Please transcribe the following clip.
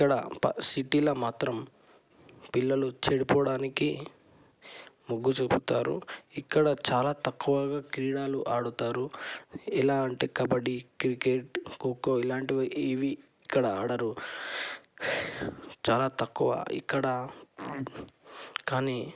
ఇక్కడ సిటీలో మాత్రం పిల్లలు చెడిపోడానికి మొగ్గు చూపుతారు ఇక్కడ చాలా తక్కువగా క్రీడలు ఆడతారు ఎలా అంటే కబడ్డీ క్రికెట్ ఖోఖో ఇలాంటివి ఇవి ఇక్కడ ఆడరు చాలా తక్కువ ఇక్కడ కానీ